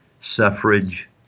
suffrage